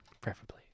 preferably